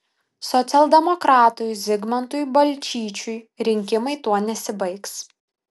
socialdemokratui zigmantui balčyčiui rinkimai tuo nesibaigs